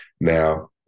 now